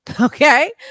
Okay